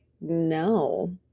no